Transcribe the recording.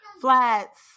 Flats